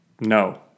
No